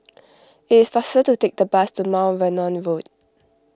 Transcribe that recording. it is faster to take the bus to Mount Vernon Road